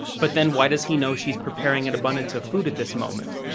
but then, why does he know she's preparing an abundance of food at this moment?